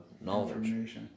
knowledge